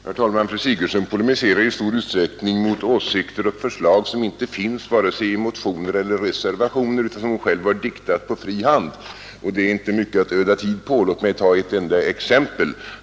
Herr talman! Fru Sigurdsen polemiserar i stor utsträckning mot åsikter och förslag som inte finns i vare sig motioner eller reservationer utan som hon själv har diktat på fri hand, och det är inte mycket att öda tid på. Låt mig ta ett enda exempel.